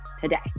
today